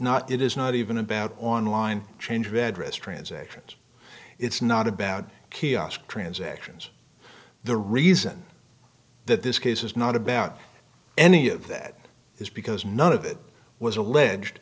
not it is not even about online change of address transactions it's not about kiosk transactions the reason that this case is not about any of that is because none of it was alleged